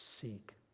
seek